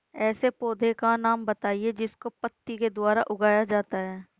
ऐसे पौधे का नाम बताइए जिसको पत्ती के द्वारा उगाया जाता है